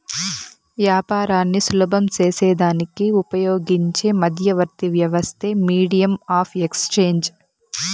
యాపారాన్ని సులభం సేసేదానికి ఉపయోగించే మధ్యవర్తి వ్యవస్థే మీడియం ఆఫ్ ఎక్స్చేంజ్